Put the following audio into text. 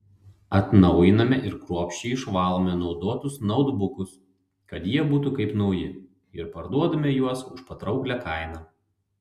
atnaujiname ir kruopščiai išvalome naudotus nautbukus kad jie būtų kaip nauji ir parduodame juos už patrauklią kainą